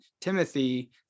Timothy